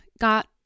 got